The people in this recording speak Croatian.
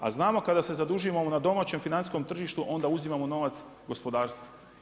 A znamo kada se zadužujemo na domaćem financijskom tržištu onda uzimamo novac gospodarstvu.